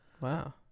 Wow